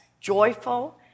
joyful